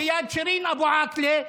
שהיו ליד שירין אבו עאקלה,